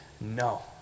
no